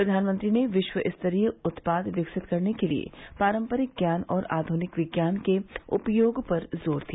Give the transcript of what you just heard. प्रधानमंत्री ने विश्व स्तरीय उत्पाद विकसित करने के लिए पारंपरिक ज्ञान और आधुनिक विज्ञान के उपयोग पर जोर दिया